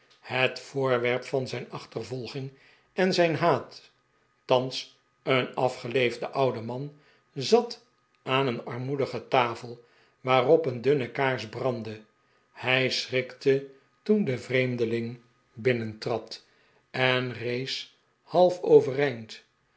het voorwerp van zijn achtervolging en zijn haat thans een afgeleefde oude man zat aan een armoedige tafel waarop een dunne kaars brandde hij schrikte toen de vreemdeling binnentrad en rees half overeind